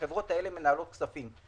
החברות האלו מנהלות כספים.